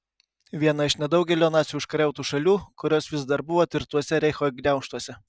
vieną iš nedaugelio nacių užkariautų šalių kurios vis dar buvo tvirtuose reicho gniaužtuose